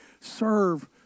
serve